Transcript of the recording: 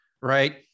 right